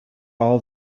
all